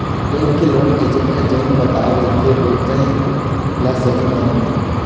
bank के loan agent ह जेन बताए रहिथे ओतने ल सहीं मान लेथे